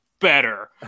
better